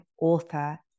author